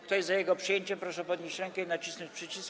Kto jest za jego przyjęciem, proszę podnieść rękę i nacisnąć przycisk.